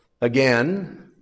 again